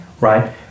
right